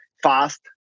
fast